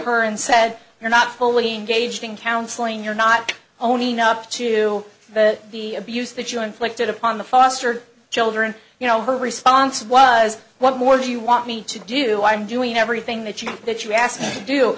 her and said you're not fully engaged in counseling you're not owning up to the the abuse that join flicked it upon the foster children you know her response was what more do you want me to do i'm doing everything that you that you ask